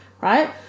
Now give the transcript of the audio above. right